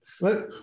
look